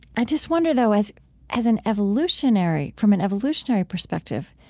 i just wonder, though, as as an evolutionary from an evolutionary perspective,